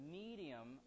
medium